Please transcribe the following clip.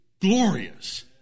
glorious